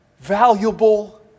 valuable